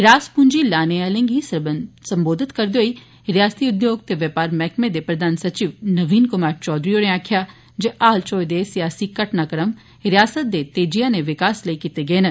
रास पूंजी लाने आहलें गी संबोधित करदे होई रिआसती उद्योग ते बपार मैह्कमे दे प्रधान सचिव नवीन क्मार चौधरी होरें आखेआ जे हाल च होए दे सियासी घटनाक्रम रिआसता दे तेजिआ'नै विकास लेई कीते गे न